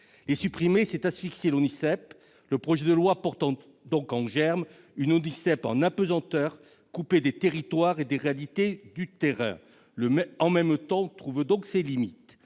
Les supprimer, c'est asphyxier l'Office. Le projet de loi porte donc en germe un ONISEP en apesanteur, coupé des territoires et des réalités du terrain. Le « mais en même temps » trouve donc ses limites.